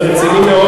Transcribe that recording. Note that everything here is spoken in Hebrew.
לא רציני.